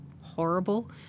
horrible